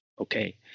Okay